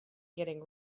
getting